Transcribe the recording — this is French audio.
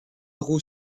roux